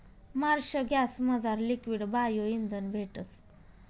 Marsh गॅसमझार liquid bio इंधन भेटस